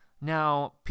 Now